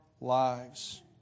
lives